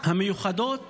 המיוחדות